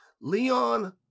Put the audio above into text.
Leon